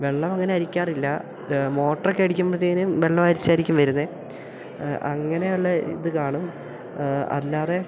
വെള്ളം അങ്ങനെ അരിക്കാറില്ല മോട്ടറക്കെ അടിക്കുമ്പഴ്ത്തേനും വെള്ളം അരിച്ചായിരിക്കും വരുന്നത് അങ്ങനെയുള്ള ഇത് കാണും അല്ലാതെ